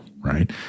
right